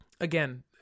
again